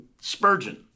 Spurgeon